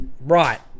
Right